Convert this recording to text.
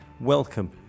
Welcome